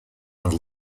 and